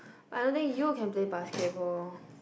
I don't think you can play basketball